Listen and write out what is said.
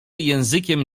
językiem